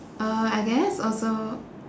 uh I guess also